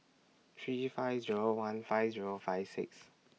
three five Zero one five Zero five six